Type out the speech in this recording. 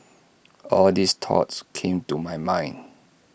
all these thoughts came to my mind